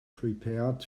prepared